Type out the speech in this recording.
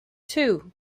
two